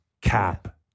cap